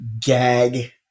gag